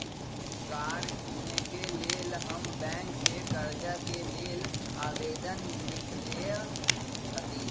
कार किनेके लेल हम बैंक से कर्जा के लेल आवेदन लिखलेए हती